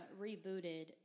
rebooted